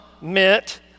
meant